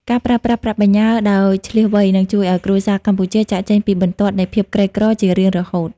ការប្រើប្រាស់ប្រាក់បញ្ញើដោយឈ្លាសវៃ នឹងជួយឱ្យគ្រួសារកម្ពុជាចាកចេញពីបន្ទាត់នៃភាពក្រីក្រជារៀងរហូត។